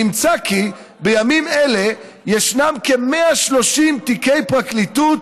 נמצא כי בימים אלה ישנם כ-130 תיקי פרקליטות